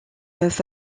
peuvent